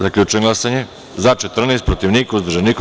Zaključujem glasanje: za – 14, protiv – niko, uzdržan – niko.